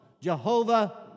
Jehovah